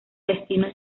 destino